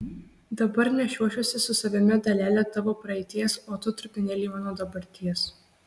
dabar nešiosiuosi su savimi dalelę tavo praeities o tu trupinėlį mano dabarties